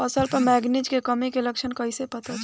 फसल पर मैगनीज के कमी के लक्षण कइसे पता चली?